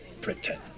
pretend